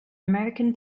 american